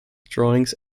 drawings